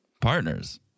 partners